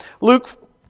Luke